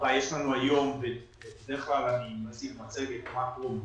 אני שמח שיש לנו גם את ההזדמנות להציג את זה בפניכם.